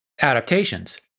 adaptations